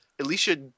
Alicia